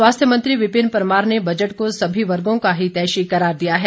स्वास्थ्य मंत्री विपिन परमार ने बजट को सभी वर्गों का हितैषी करार दिया है